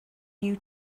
new